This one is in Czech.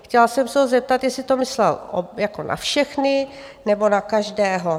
Chtěla jsem se ho zeptat, jestli to myslel jako na všechny, nebo na každého?